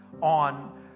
on